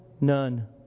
none